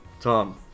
Tom